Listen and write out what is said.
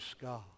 God